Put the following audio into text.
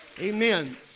Amen